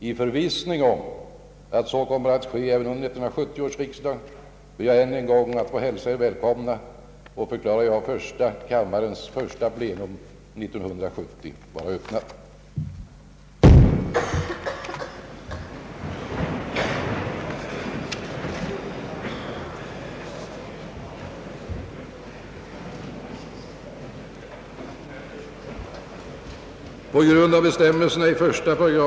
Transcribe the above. I förvissning om att så kommer att ske även under 1970 års riksdag ber jag än en gång att få hälsa Er välkomna och förklarar första kammarens första plenum år 1970 öppnat. Till justitiedepartementet har inkommit fullmakter för 23 personer som vid val för vissa valkretsar i oktober 1969 utsetts till ledamöter av riksdagens första kammare för en tid av åtta år, räknade fr.o.m. den 1 januari 1970, och fullmakter för 2 personer som vid nya röstsammanräkningar utsetts till 1edamöter av första kammaren i stället för avgångna ledamöter av kammaren. Kungl. Maj:t har den 19 december 1969 förordnat att granskningen av fullmakterna skall företas inför statsrådet Carl Lidbom.